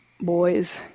boys